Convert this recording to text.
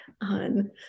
on